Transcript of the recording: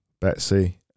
betsy